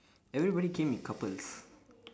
everybody came in couples